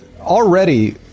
already